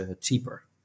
cheaper